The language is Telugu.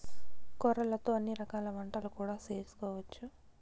కొర్రలతో అన్ని రకాల వంటలు కూడా చేసుకోవచ్చు